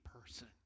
person